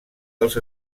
dels